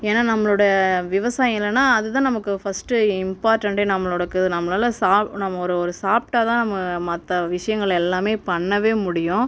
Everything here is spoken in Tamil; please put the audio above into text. ஏன்னா நம்மளோட விவசாயம் இல்லைன்னா அது தான் நமக்கு ஃபர்ஸ்ட் இம்பார்ட்டன்ட்டே நம்மளோடக்கு நம்மளால் சாப் நம்ம ஒரு ஒரு சாப்பிடாதான் நம்ம மற்ற விஷயங்கள் எல்லாமே பண்ணவே முடியும்